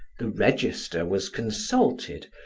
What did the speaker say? the register was consulted,